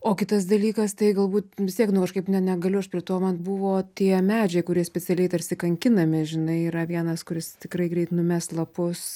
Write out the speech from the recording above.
o kitas dalykas tai galbūt vis tiek nu kažkaip ne negaliu aš prie to man buvo tie medžiai kurie specialiai tarsi kankinami žinai yra vienas kuris tikrai greit numes lapus